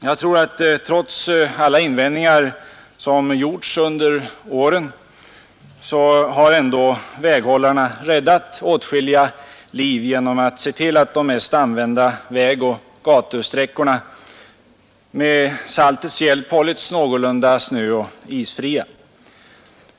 Jag tror att trots alla invändningar som gjorts under åren har ändå väghållarna räddat åtskilliga liv genom att se till att de mest använda vägoch gatusträckorna med saltets hjälp hållits någorlunda snöoch isfria.